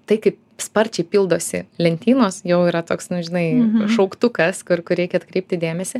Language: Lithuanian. tai kaip sparčiai pildosi lentynos jau yra toks nu žinai šauktukas kur reikia atkreipti dėmesį